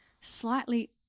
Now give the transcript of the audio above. slightly